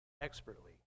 expertly